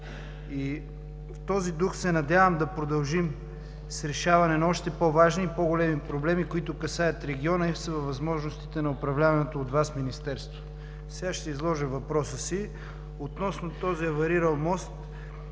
В този дух се надявам да продължим с решаването на още по-важни и по-големи проблеми, които касаят региона, и са във възможностите на управляваното от Вас Министерство. Сега ще изложа въпроса си относно този аварирал мост